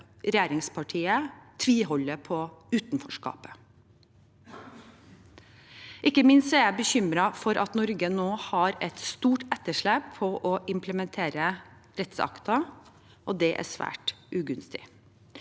regjeringspartiet tviholder på utenforskapet. Ikke minst er jeg bekymret for at Norge nå har et stort etterslep på å implementere rettsakter, og det er svært ugunstig.